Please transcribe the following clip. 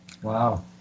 Wow